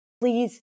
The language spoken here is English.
please